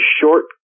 short